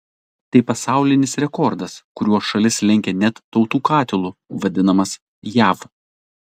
tai pasaulinis rekordas kuriuo šalis lenkia net tautų katilu vadinamas jav